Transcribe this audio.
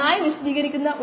35 Intercept 1vm1